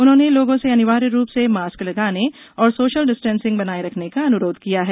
उन्होंने लोगों से अनिवार्य रूप से मास्क लगाने और सोशल डिस्टेंसिंग बनाए रखने का अनुरोध किया है